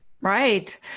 Right